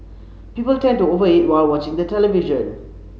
people tend to over eat while watching the television